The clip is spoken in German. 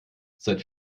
seit